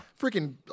freaking